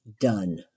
done